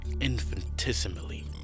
infinitesimally